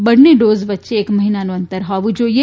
બંને ડોઝ વચ્ચે એક મહિનાનું અંતર હોવું જોઇએ